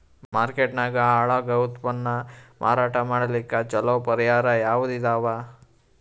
Market ನಾಗ ಹಾಳಾಗೋ ಉತ್ಪನ್ನ ಮಾರಾಟ ಮಾಡಲಿಕ್ಕ ಚಲೋ ಪರಿಹಾರ ಯಾವುದ್ ಇದಾವ?